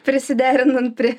prisiderinant prie